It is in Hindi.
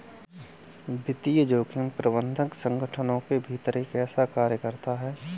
वित्तीय जोखिम प्रबंधन संगठनों के भीतर एक ऐसा कार्य है